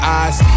eyes